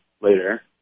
later